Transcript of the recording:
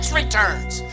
returns